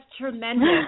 tremendous